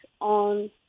on